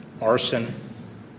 arson